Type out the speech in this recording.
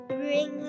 bring